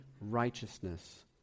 righteousness